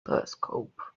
telescope